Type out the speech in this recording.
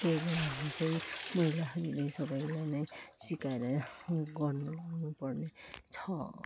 त्यही कारण चाहिँ महिलाहरूले सबैलाई नै सिकाएर गर्नलाउनु पर्नेछ